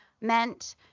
meant